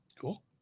Cool